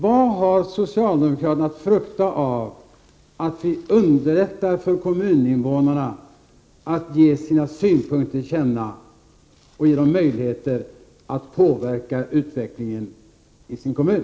Vad har socialdemokraterna att frukta av att vi underlättar för kommuninvånarna att ge sina synpunkter till känna och ger dem möjlighet att påverka utvecklingen i sin kommun?